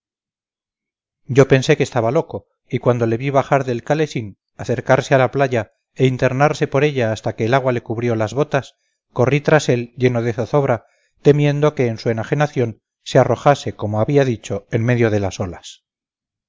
yo pensé que estaba loco y cuando le vi bajar del calesín acercarse a la playa e internarse por ella hasta que el agua le cubrió las botas corrí tras él lleno de zozobra temiendo que en su enajenación se arrojase como había dicho en medio de las olas